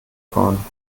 korn